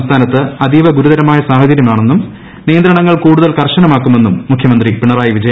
സംസ്ഥാനത്ത് അതീവ ഗുരുതരമായ സാഹചര്യമെന്നും നിയന്ത്രണങ്ങൾ കൂടുതൽ കർശനമാക്കുമെന്നും മുഖ്യമന്ത്രി പിണറായി വിജയൻ